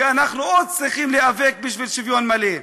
כי אנחנו צריכים להיאבק עוד בשביל שוויון מלא.